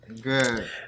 Good